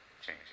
changing